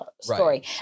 story